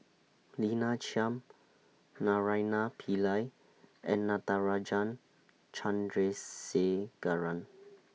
Lina Chiam Naraina Pillai and Natarajan Chandrasekaran